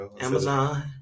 Amazon